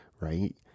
right